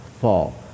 fall